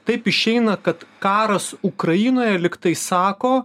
taip išeina kad karas ukrainoje lygtai sako